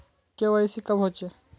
KYC कब होचे?